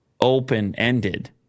open-ended